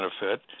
benefit